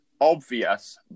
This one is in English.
obvious